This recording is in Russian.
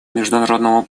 международному